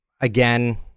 Again